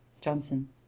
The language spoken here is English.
johnson